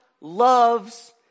loves